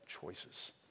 choices